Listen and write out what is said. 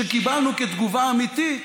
שקיבלנו כתגובה אמיתית